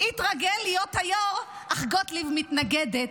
/ התרגל להיות היו"ר, אך גוטליב מתנגדת.